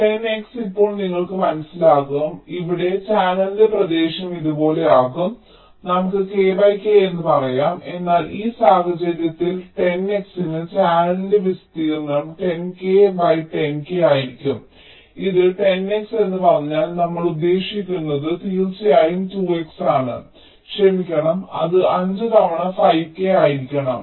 10 X ഇപ്പോൾ നിങ്ങൾക്ക് മനസ്സിലാകും അതിനാൽ ഇവിടെ ചാനലിന്റെ പ്രദേശം ഇതുപോലെയാകാം നമുക്ക് k k എന്ന് പറയാം എന്നാൽ ഈ സാഹചര്യത്തിൽ 10 X ന് ചാനലിന്റെ വിസ്തീർണ്ണം 10 k 10 k ആയിരിക്കും ഇത് 10 X എന്ന് പറഞ്ഞാൽ നമ്മൾ ഉദ്ദേശിക്കുന്നത് ഇത് തീർച്ചയായും 2 X ആണ് ക്ഷമിക്കണം അത് 5 തവണ 5 k ആയിരിക്കണം